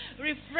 Refresh